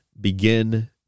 begin